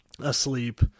asleep